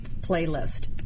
playlist